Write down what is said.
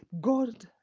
god